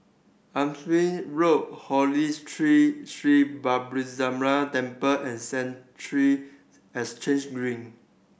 Hampshire Road Holy Tree Sri Balasubramaniar Temple and Central Exchange Green